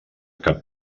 cap